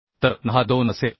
तर n हा 2 असेल